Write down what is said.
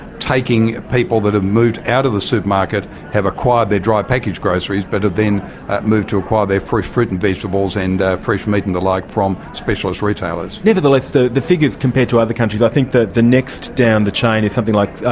taking people that have moved out of the supermarket, have acquired their dry packaged groceries but have then moved to acquire their fresh fruit and vegetables and fresh meat and the like from specialist retailers. nevertheless, the the figures compared to other countries, i think the the next down the chain is something like,